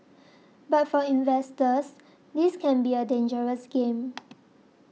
but for investors this can be a dangerous game